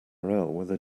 where